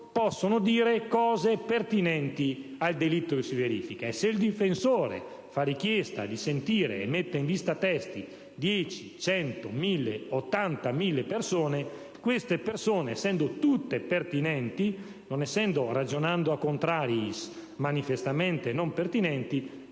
possono dire cose pertinenti al delitto che si verifica e, se il difensore fa richiesta di sentire e mette in lista-testi 10, 100, 1.000 o 80.000 persone, queste, essendo tutte pertinenti e non essendo, ragionando *a contrariis*, manifestamente non pertinenti